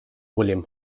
william